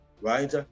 right